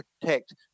protect